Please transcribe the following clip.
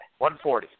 140